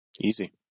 Easy